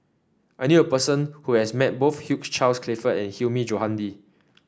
I knew a person who has met both Hugh Charles Clifford and Hilmi Johandi